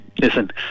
listen